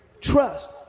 trust